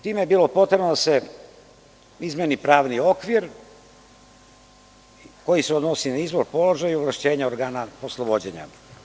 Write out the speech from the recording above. Time je bilo potrebno da se izmeni pravni okvir koji se odnosi na izbor položaja i ovlašćenje organa poslovođenja.